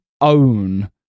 own